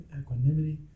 equanimity